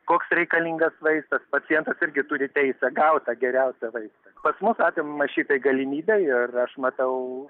koks reikalingas vaistas pacientas irgi turi teisę gaut tą geriausią vaistą pas mus atimama šita galimybė ir aš matau